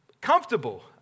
comfortable